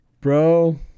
bro